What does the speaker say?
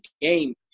game